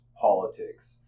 politics